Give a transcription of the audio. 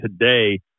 today